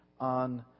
on